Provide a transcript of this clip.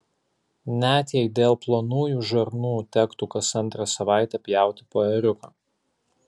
net jei dėl plonųjų žarnų tektų kas antrą savaitę pjauti po ėriuką